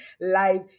live